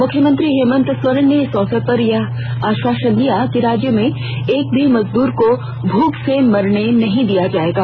मुख्यमंत्री हेमंत सोरेन ने इस अवसर पर यह आष्वासन दिया कि राज्य में एक भी मजद्र को भूख से मरने नहीं दिया जायेगा